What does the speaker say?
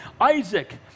Isaac